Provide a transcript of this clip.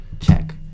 check